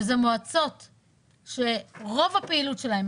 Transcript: שזה מועצות שרוב הפעילות שלהם,